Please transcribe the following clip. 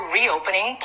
reopening